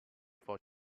for